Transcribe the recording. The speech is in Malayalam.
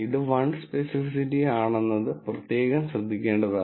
ഇത് 1 സ്പെസിഫിസിറ്റി ആണെന്നത് പ്രത്യേകം ശ്രദ്ധിക്കേണ്ടതാണ്